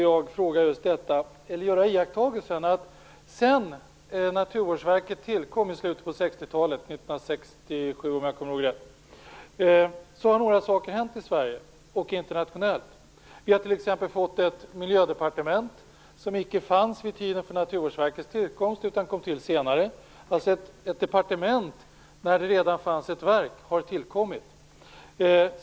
Jag har gjort en iakttagelse: Sedan Naturvårdsverket tillkom i slutet på 60-talet - 1967 om jag kommer ihåg rätt - har några saker hänt i Sverige och internationellt. Vi har t.ex. fått ett Miljödepartement, som icke fanns vid tiden för Naturvårdsverkets tillkomst utan kom till senare. Det tillkom ett departement när det redan fanns ett verk.